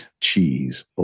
cheese